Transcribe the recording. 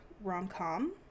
rom-com